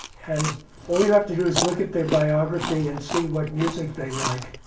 and all you have to do is look at their biography and see what music they like,